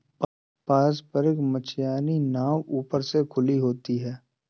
पारम्परिक मछियारी नाव ऊपर से खुली हुई होती हैं